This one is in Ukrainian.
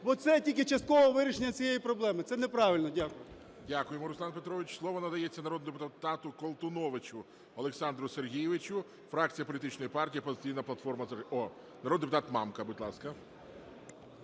бо це тільки часткове вирішення цієї проблеми. Це неправильно. Дякую.